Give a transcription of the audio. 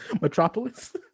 Metropolis